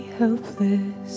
helpless